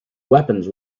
weapons